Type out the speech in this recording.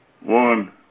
one